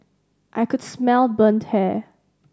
I could smell burnt hair